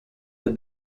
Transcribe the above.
the